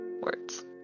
words